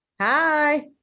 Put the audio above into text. Hi